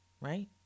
right